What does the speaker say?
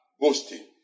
boasting